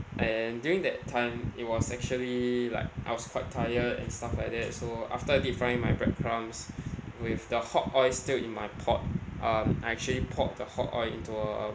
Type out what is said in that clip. and during that time it was actually like I was quite tired and stuff like that so after I deep frying my bread crumbs with the hot oil still in my pot um I actually poured the hot oil into a a